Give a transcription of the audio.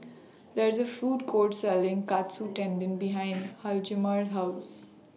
There IS A Food Court Selling Katsu Tendon behind Hjalmar's House